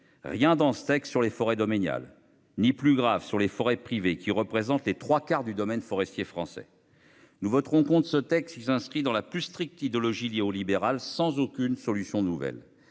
rien dans ce texte sur les forêts domaniales ni, plus grave, sur les forêts privées, qui représentent les trois quarts du domaine forestier français. Nous voterons contre ce texte, qui s'inscrit dans la plus stricte idéologie néolibérale, sans aucune solution nouvelle.